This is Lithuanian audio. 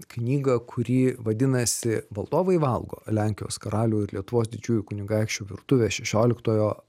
knygą kuri vadinasi valdovai valgo lenkijos karalių ir lietuvos didžiųjų kunigaikščių virtuvė šešioliktojo